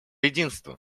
единства